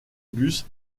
bus